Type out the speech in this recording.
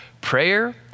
prayer